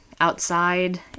outside